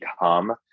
become